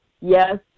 yes